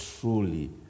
truly